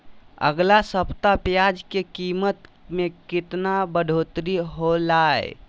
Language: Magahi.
अगला सप्ताह प्याज के कीमत में कितना बढ़ोतरी होलाय?